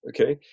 okay